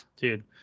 dude